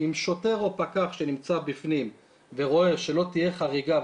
עם שוטר או פקח שנמצא בפנים ורואה שלא תהיה חריגה,